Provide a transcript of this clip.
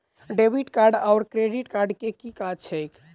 Debit card आओर credit card केँ की काज छैक?